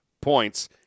points